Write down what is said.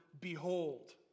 behold